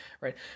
right